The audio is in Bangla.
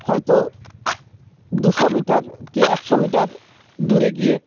হয়তো দুশো মিটার কি একশো মিটার দূরে গিয়ে